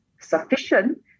sufficient